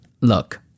Look